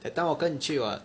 that time 我跟你去 [what]